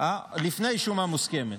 לפני שומה מוסכמת.